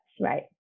right